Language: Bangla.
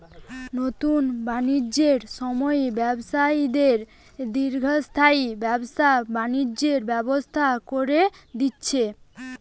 নুতন বাণিজ্যের সময়ে ব্যবসায়ীদের দীর্ঘস্থায়ী ব্যবসা বাণিজ্যের ব্যবস্থা কোরে দিচ্ছে